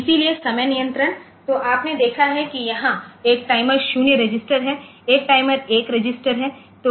इसलिए समय नियंत्रण तो आपने देखा है कि यहां एक टाइमर 0 रजिस्टर है एक टाइमर 1 रजिस्टर है